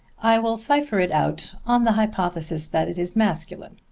i will cipher it out on the hypothesis that it is masculine.